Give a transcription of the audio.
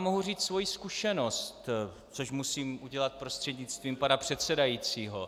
Mohu vám říct svoji zkušenost, což musím udělat prostřednictvím pana předsedajícího.